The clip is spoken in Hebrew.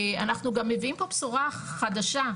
אנחנו גם מביאים פה בשורה חדשה,